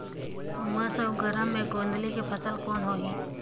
उमस अउ गरम मे गोंदली के फसल कौन होही?